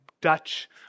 Dutch